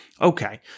Okay